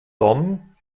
dom